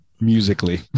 musically